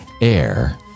air